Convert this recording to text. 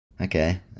Okay